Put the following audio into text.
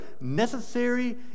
necessary